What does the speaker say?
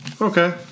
Okay